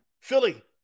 Philly